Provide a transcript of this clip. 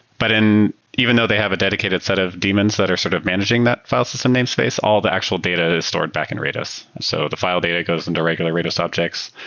but even though they have a dedicated set of daemons that are sort of managing that file system name space, all the actual data is stored back in rados. so the file data goes into regular rados objects,